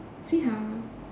see how